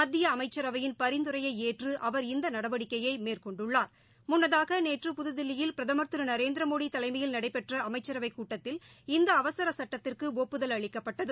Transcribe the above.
மத்திய அமைச்சரவையின் பரிந்துரையை ஏற்று அவர் இந்த நடவடிக்கையை மேற்கொண்டுள்ளார் முன்னதாக நேற்று புதுதில்லியில் பிரதமா் நரேந்திரமோடி தலைமையில் நடைபெற்ற அமைச்சரவை கூட்டத்தில் இந்த அவசர சட்டத்திற்கு ஒப்புதல் அளிக்கப்பட்டது